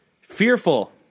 Fearful